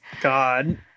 God